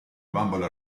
bambole